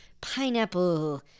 pineapple